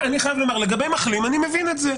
אני חייב לומר, לגבי מחלים אני מבין את זה.